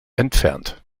entfernt